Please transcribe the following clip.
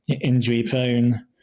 injury-prone